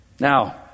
Now